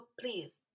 please